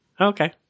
Okay